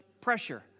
pressure